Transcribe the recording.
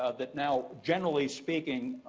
ah that now, generally speaking,